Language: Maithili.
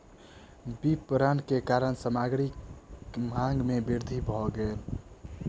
विपरण के कारण सामग्री मांग में वृद्धि भेल